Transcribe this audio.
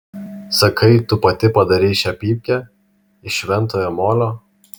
sakai tu pati padarei šią pypkę iš šventojo molio